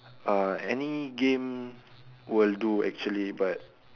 uh any game will do actually but